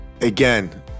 again